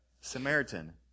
Samaritan